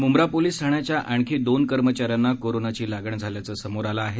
Mumbra police ठाण्याच्या आणखी दोन कर्मचाऱ्यांना कोरोनाची लागण झाल्याचे समोर आले आहे